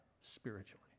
spiritually